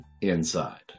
inside